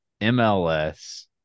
MLS